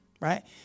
Right